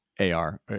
AR